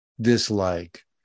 dislike